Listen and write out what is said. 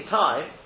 time